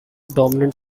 dominant